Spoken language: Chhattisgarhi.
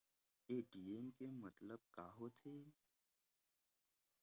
ए.टी.एम के मतलब का होथे?